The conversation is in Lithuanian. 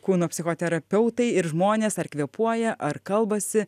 kūno psichoterapeutai ir žmonės ar kvėpuoja ar kalbasi